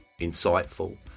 insightful